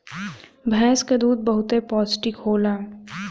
भैंस क दूध बहुते पौष्टिक होला